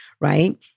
right